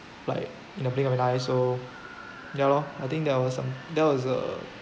like in the blink of an eye so ya lor I think there was some there was a